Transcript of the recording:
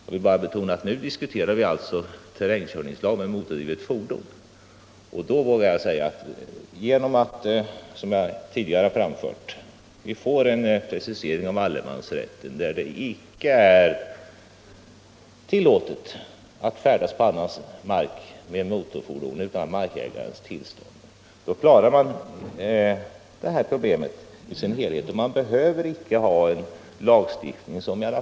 Jag vill betona att nu diskuterar vi terrängkörningslag för motordrivet fordon, och då vågar jag säga — det har jag också tidigare framfört — att om vi får en precisering av allemansrätten, där det görs klart att det icke är tillåtet att färdas på annans mark med motorfordon utan markägarens tillstånd, klarar man det här problemet i dess helhet och behöver inte ha en krånglig lagstiftning.